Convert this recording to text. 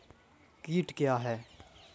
कीट क्या है?